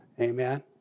Amen